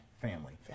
Family